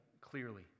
clearly